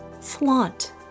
Flaunt